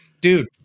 Dude